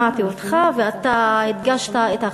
שמעתי אותך, ואתה הדגשת את החשיבות.